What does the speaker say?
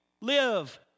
live